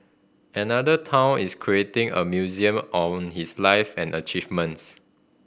another town is creating a museum on his life and achievements